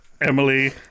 Emily